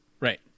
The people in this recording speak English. Right